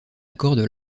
accorde